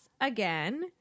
again